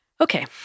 Okay